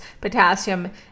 potassium